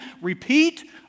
repeat